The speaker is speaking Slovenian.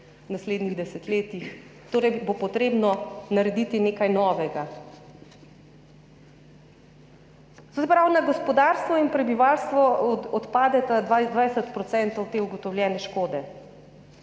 v naslednjih desetletjih, torej bo treba narediti nekaj novega. To se pravi, na gospodarstvo in prebivalstvo pade 22 % te ugotovljene škode.